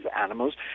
animals